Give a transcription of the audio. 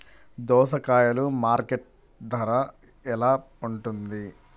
దోసకాయలు మార్కెట్ ధర ఎలా ఉంటుంది?